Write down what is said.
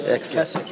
Excellent